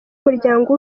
umuryango